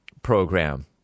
Program